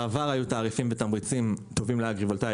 בעבר, היו תעריפים בתמריצים טובים לאגרי-וולטאי.